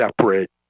separate